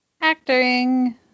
Acting